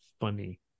funny